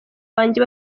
wanjye